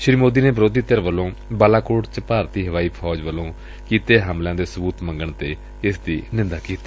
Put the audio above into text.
ਸ੍ਰੀ ਮੋਦੀ ਨੇ ਵਿਰੋਧੀ ਧਿਰ ਵੱਲੋਂ ਬਾਲਾਕੋਟ ਚ ਭਰਤੀ ਹਵਾਈ ਫੌਜ ਵੱਲੋਂ ਕੀਤੇ ਹਵਾਈ ਹਮਲਿਆਂ ਦੇ ਸਬੁਤ ਮੰਗਣ ਤੇ ਇਸ ਦੀ ਨਿੰਦਾ ਕੀਤੀ